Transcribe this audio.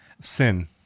Sin